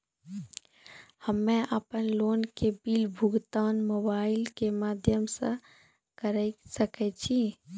हम्मे अपन लोन के बिल भुगतान मोबाइल के माध्यम से करऽ सके छी?